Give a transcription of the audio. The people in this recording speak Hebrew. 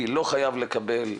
מי לא חייב לקבל,